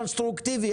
רישיון קונסטרוקטיבי?